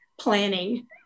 planning